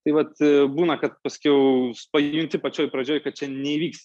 tai vat būna kad paskiau pajunti pačioj pradžioj kad čia neįvyks